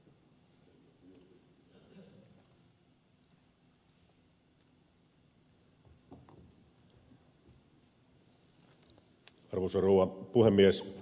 arvoisa rouva puhemies